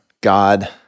God